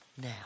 now